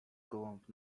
gołąb